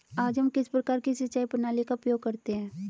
आज हम किस प्रकार की सिंचाई प्रणाली का उपयोग करते हैं?